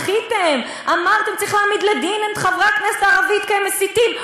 מחיתם ואמרתם: צריך להעמיד לדין את חברי הכנסת הערבים כי הם מסיתים.